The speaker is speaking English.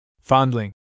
Fondling